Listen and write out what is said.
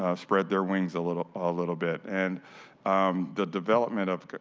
ah spread their wings a little ah little bit. and the development,